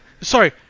Sorry